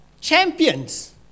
champions